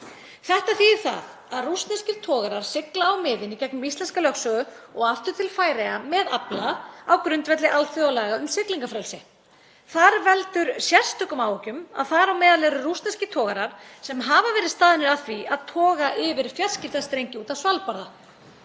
Þetta þýðir það að rússneskir togarar sigla á miðin í gegnum íslenska lögsögu og aftur til Færeyja með afla á grundvelli alþjóðalaga um siglingarfrelsi. Þar veldur sérstökum áhyggjum að þar á meðal eru rússneskir togarar sem hafa verið staðnir að því að toga yfir fjarskiptastrengi út af Svalbarða.